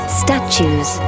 statues